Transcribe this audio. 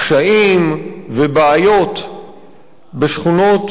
קשיים ובעיות בשכונות